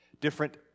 different